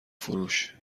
فروش